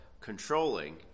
controlling